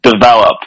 develop